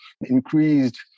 Increased